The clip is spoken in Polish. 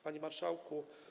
Panie Marszałku!